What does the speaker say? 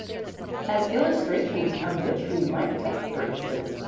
as illustrations of which we might take, for instance,